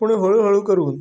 पूण हळू हळू करून